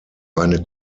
eine